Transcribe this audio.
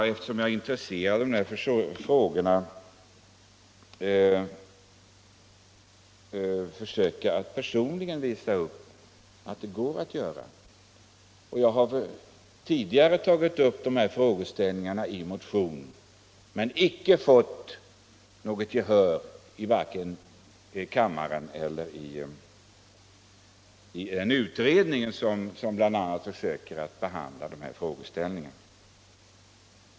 Eftersom jag är intresserad av dessa frågor har jag personligen velat visa att det går att göra något. Tidigare har jag motionsledes tagit upp dem men då inte fått något gehör vare sig i kammaren eller i den utredning som bl.a. har behandlat dessa frågor.